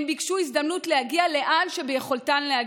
הן ביקשו הזדמנות להגיע לאן שביכולתן להגיע.